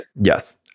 Yes